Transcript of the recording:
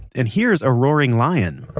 and here's a roaring lion.